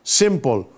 simple